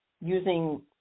using